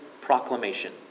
proclamation